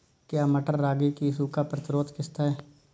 क्या मटर रागी की सूखा प्रतिरोध किश्त है?